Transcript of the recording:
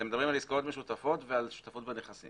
אתם מדברים על עסקאות משותפות ועל שותפות בנכסים.